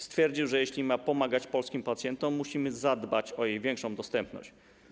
Stwierdził, że jeśli ma pomagać polskim pacjentom, musimy zadbać o jej większą dostępność.